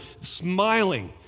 smiling